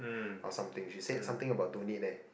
or something she said something about don't need leh